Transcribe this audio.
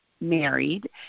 married